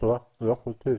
בצורה לא חוקית,